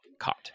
caught